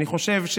אני חושב,